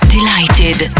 Delighted